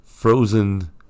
Frozen